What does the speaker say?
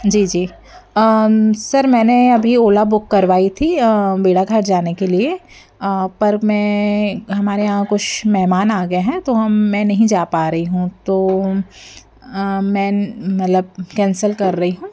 जी जी sir मैंने अभी ओला book करवाई थी भेड़ाघाट जाने के लिए पर मैं हमारे यहाँ कुस मेहमान आ गए हैं तो हम मैं नहीं ज़ा पा रही हूँ तो मैं मतलब कैंसल कर रही हूँ